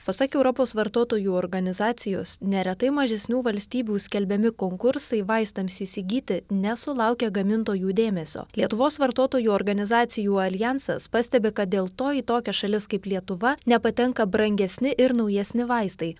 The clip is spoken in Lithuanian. pasak europos vartotojų organizacijos neretai mažesnių valstybių skelbiami konkursai vaistams įsigyti nesulaukia gamintojų dėmesio lietuvos vartotojų organizacijų aljansas pastebi kad dėl to į tokias šalis kaip lietuva nepatenka brangesni ir naujesni vaistai